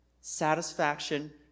satisfaction